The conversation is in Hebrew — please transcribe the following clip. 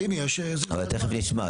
תיכף נשמע.